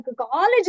college